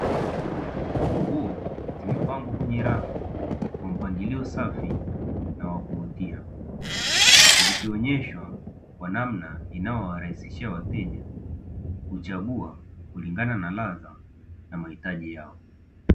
Nguo zimepangwa kwenye rafu kwa mpangilio safi na wa kuvutia, zikionyeshwa kwa namna inayowarahisishia wateja kuchagua kulingana radha na mahitaji yao.